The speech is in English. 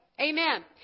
Amen